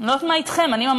אני לא יודעת מה אתכם.